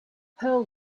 pearl